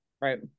Right